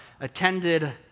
attended